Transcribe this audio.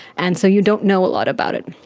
and so you don't know a lot about it,